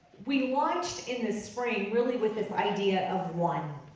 we launched in the spring, really with this idea of one.